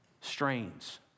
Strains